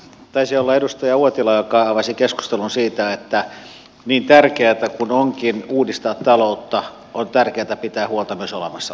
taisi olla edustaja uotila joka avasi keskustelun siitä että niin tärkeätä kuin onkin uudistaa taloutta on tärkeätä pitää huolta myös olemassa olevasta